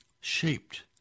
Shaped